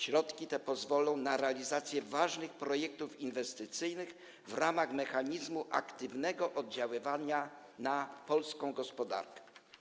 Środki te pozwolą na realizację ważnych projektów inwestycyjnych w ramach mechanizmu aktywnego oddziaływania na polską gospodarkę.